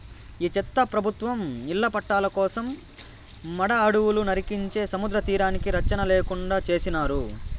ఈ చెత్త ప్రభుత్వం ఇళ్ల పట్టాల కోసం మడ అడవులు నరికించే సముద్రతీరానికి రచ్చన లేకుండా చేసినారు